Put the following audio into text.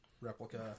replica